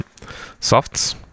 softs